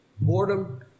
boredom